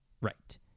right